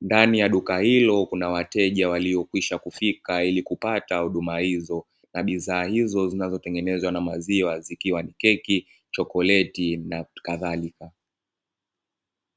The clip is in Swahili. ndani ya duka hilo kuna wateja waliokwisha kufika ili kupata huduma hizo na bidhaa hizi zinatokana na maziwa zikiwa ni keki chokoleti na kazalika.